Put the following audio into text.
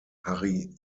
harry